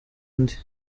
undi